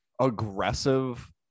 aggressive